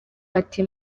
ati